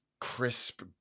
crisp